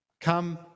Come